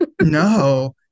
no